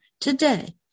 today